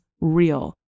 real